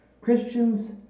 Christians